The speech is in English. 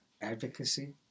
advocacy